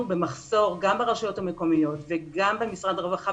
במחסור גם ברשויות המקומיות וגם במשרד הרווחה,